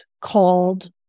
called